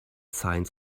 signs